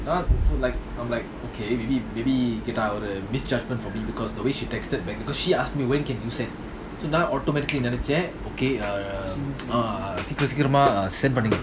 so like I'm like okay maybe maybe கேட்டாஒரு:keta oru misjudgement from me because the way she texted back because she asked me when can you send now so automatically another chat okay err uh